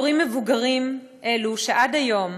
הורים מבוגרים אלו, שעד היום